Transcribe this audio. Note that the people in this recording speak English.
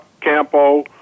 Campo